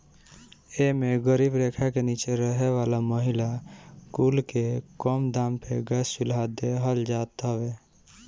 एमे गरीबी रेखा के नीचे रहे वाला महिला कुल के कम दाम पे गैस चुल्हा देहल जात हवे